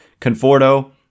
Conforto